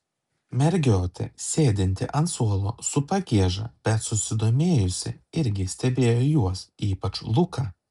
mergiotė sėdinti ant suolo su pagieža bet susidomėjusi irgi stebėjo juos ypač luką